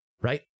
right